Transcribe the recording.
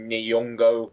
Nyong'o